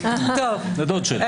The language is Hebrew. הוא דוד שלי.